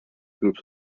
groups